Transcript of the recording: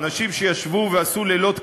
אנשים שישבו לילות כימים,